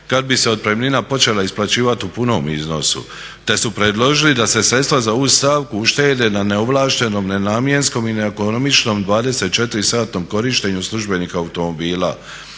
kad bi se otpremnina počela isplaćivat u punom iznosu te su predložili da se sredstva za ovu stavku uštede na neovlaštenom, nenamjenskom i neekonomičnom 24-satnom korištenju službenika automobila